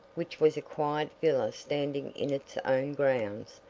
which was a quiet villa standing in its own grounds,